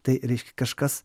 tai reiškia kažkas